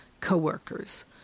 coworkers